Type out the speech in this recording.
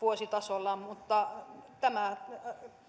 vuositasolla mutta tämä